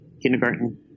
kindergarten